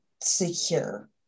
secure